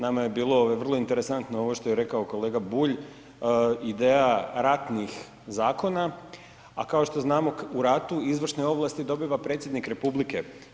Nama je bilo vrlo interesantno ovo što je rekao kolega Bulj, ideja ratnih zakona, a kao što znamo u ratu izvršne ovlasti dobiva predsjednik Republike.